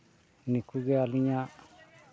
ᱱᱤᱠᱩᱜᱮ ᱟᱹᱞᱤᱧᱟᱜ